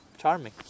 Charming